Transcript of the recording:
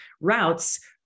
routes